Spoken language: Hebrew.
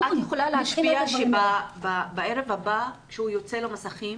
--- את יכולה להשפיע שבערב הבא כשהוא יוצא למסכים